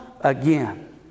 again